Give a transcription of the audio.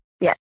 Yes